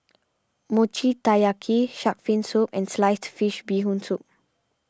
Mochi Taiyaki Shark's Fin Soup and Sliced Fish Bee Hoon Soup